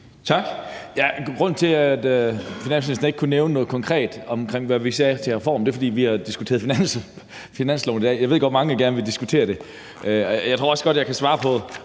Tak. Grunden til, at finansministeren ikke kunne nævne noget konkret om, hvad vi sagde til reformen, er, at vi har diskuteret finanslov i dag. Jeg ved godt, at mange gerne vil diskutere det. Jeg tror også godt, jeg kan svare på